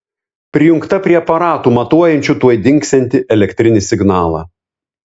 prijungta prie aparatų matuojančių tuoj dingsiantį elektrinį signalą